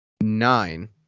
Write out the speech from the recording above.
nine